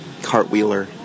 cartwheeler